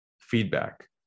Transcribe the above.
feedback